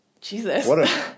Jesus